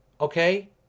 Okay